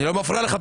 אני לא מפריע לך.